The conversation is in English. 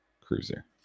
cruiser